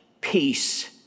peace